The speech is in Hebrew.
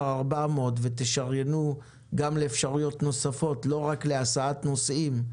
400 ותשריינו גם לאפשרויות נוספות ולא רק להסעת נוסעים,